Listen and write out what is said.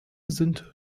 sind